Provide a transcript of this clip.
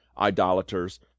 idolaters